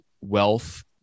wealth